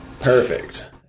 perfect